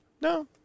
No